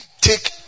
Take